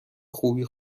خوبی